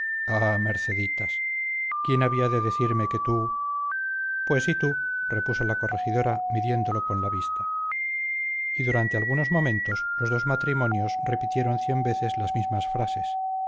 merceditas quién había de decirme que tú pues y tú repuso la corregidora midiéndolo con la vista y durante algunos momentos los dos matrimonios repitieron cien veces las mismas frases